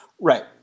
Right